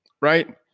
right